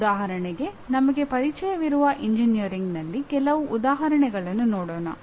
ಉದಾಹರಣೆಗೆ ನಮಗೆ ಪರಿಚಯವಿರುವ ಎಂಜಿನಿಯರಿಂಗ್ನಲ್ಲಿ ಕೆಲವು ಉದಾಹರಣೆಗಳನ್ನು ನೋಡೋಣ